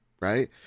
right